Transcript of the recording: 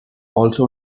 also